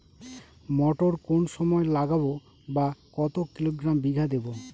মটর কোন সময় লাগাবো বা কতো কিলোগ্রাম বিঘা দেবো?